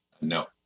No